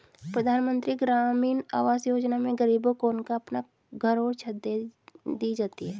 प्रधानमंत्री ग्रामीण आवास योजना में गरीबों को उनका अपना घर और छत दी जाती है